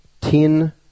ten